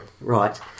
Right